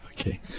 Okay